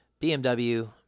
BMW